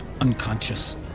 unconscious